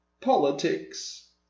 Politics